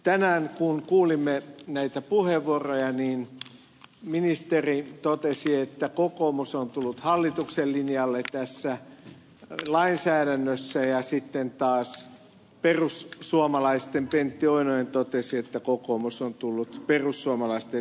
tänään kun kuulimme näitä puheenvuoroja ministeri totesi että kokoomus on tullut hallituksen linjalle tässä lainsäädännössä ja sitten taas perussuomalaisten pentti oinonen totesi että kokoomus on tullut perussuomalaisten linjalle